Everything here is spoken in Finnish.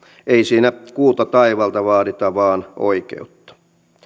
ei siinä kuuta taivaalta vaadita vaan oikeutta